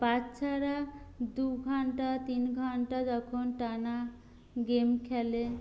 বাচ্চারা দুঘণ্টা তিন ঘণ্টা যখন টানা গেম খেলে